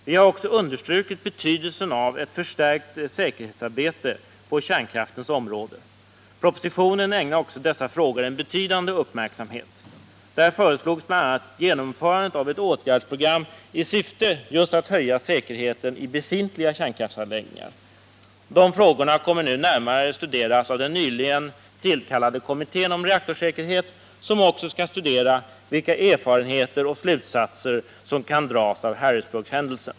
Vi har också understrukit betydelsen av ett förstärkt säkerhetsarbete på kärnkraftens område. Propositionen ägnar också dessa frågor en betydande uppmärksamhet. I den föreslås bl.a. genomförande av ett åtgärdsprogram i syfte just att höja säkerheten i befintliga kärnkraftsanläggningar. Dessa frågor kommer nu närmare att studeras av den nyligen tillkallade kommittén om reaktorsäkerhet, som också skall studera vilka erfarenheter och slutsatser som kan dras av Harrisburghändelsen.